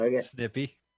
snippy